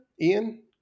Ian